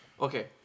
okay